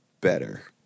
better